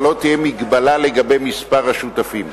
אבל לא תהיה מגבלה לגבי מספר השותפים.